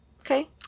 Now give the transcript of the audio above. okay